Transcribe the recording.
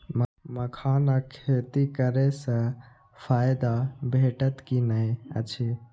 मखानक खेती करे स फायदा भेटत की नै अछि?